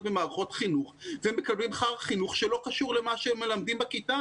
במערכות חינוך והם מקבלים חינוך שלא קשור למה שמלמדים בכיתה.